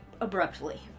abruptly